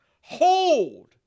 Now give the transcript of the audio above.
Hold